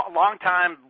long-time